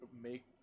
make